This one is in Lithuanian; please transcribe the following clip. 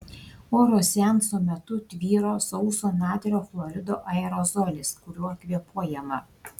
oro seanso metu tvyro sauso natrio chlorido aerozolis kuriuo kvėpuojama